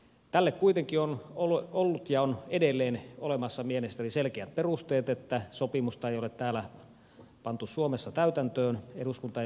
tälle kuitenkin on ollut ja on edelleen olemassa mielestäni selkeät perusteet että sopimusta ei ole täällä suomessa pantu täytäntöön eduskunta ei ole sitä ratifioinut